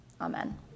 Amen